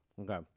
Okay